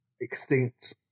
extinct